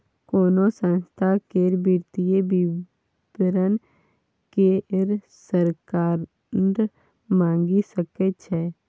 कोनो संस्था केर वित्तीय विवरण केँ सरकार मांगि सकै छै